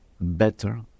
better